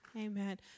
Amen